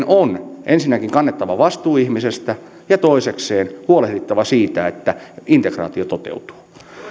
on ensinnäkin kannettava vastuu ihmisestä ja toisekseen huolehdittava siitä että integraatio toteutuu